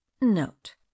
Note